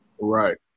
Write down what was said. Right